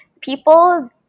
people